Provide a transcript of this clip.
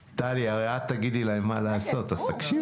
טלי, הרי את תגידי להם מה לעשות, אז תקשיבי.